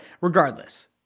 regardless—